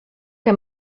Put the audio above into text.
que